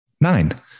nine